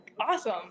awesome